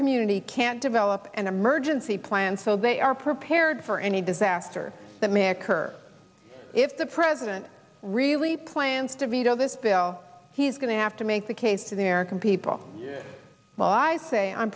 community can't develop an emergency plan so they are prepared for any disaster that may occur if the president really plans to veto this bill he's going to have to make the case to the american people well i say i'm